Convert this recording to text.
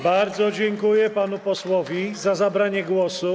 Bardzo dziękuję panu posłowi za zabranie głosu.